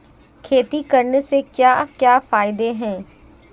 खेती करने से क्या क्या फायदे हैं?